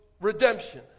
redemption